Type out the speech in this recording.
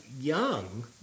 young